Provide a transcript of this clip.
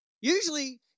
Usually